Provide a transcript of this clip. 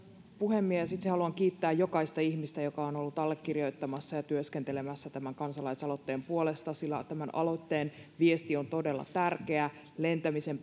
puhemies itse haluan kiittää jokaista ihmistä joka on ollut allekirjoittamassa ja työskentelemässä tämän kansalaisaloitteen puolesta sillä tämän aloitteen viesti on todella tärkeä lentämisen